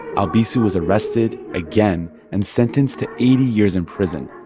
albizu is arrested again and sentenced to eighty years in prison,